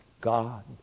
God